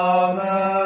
amen